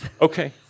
Okay